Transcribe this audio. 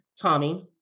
Tommy